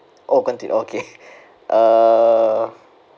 !oh! continue okay uh